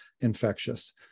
infectious